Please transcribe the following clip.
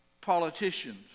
Politicians